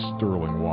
Sterling